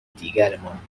دیگرمان